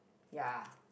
ya